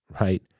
right